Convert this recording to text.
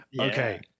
Okay